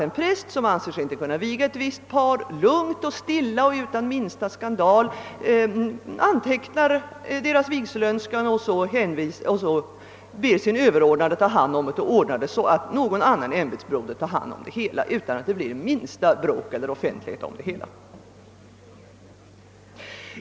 En präst som inte anser sig kunna viga ett visst par skall således lugnt och stilla och utan minsta skandal kunna anteckna vederbörandes vigselönskan och be sin överordnade ta hand om saken och ordna så att någon ämbetsbroder sköter ärendet, utan att det behöver bli ringaste bråk eller offentlighet.